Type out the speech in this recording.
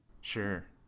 Sure